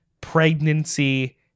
pregnancy